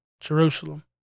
Jerusalem